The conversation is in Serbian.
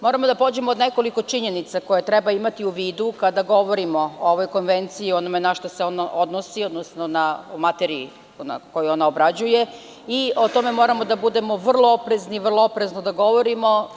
Moramo da pođemo od nekoliko činjenica koje treba imati u vidu kada govorimo o ovoj konvenciji i onome na šta se ona odnosi, odnosno materiji koju ona obrađuje i o tome moramo vrlo vrlo oprezno da govorimo.